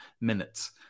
minutes